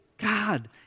God